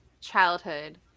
childhood